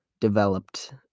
developed